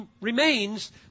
remains